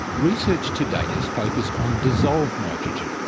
research to date has focused on dissolved nitrogen,